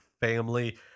family